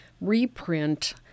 reprint